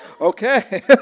Okay